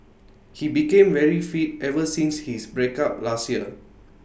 he became very fit ever since his breakup last year